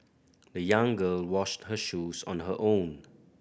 the young girl washed her shoes on her own